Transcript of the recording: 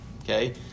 Okay